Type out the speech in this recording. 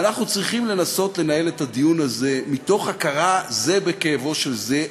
ואנחנו צריכים לנסות לנהל את הדיון הזה מתוך הכרה זה בכאבו של זה,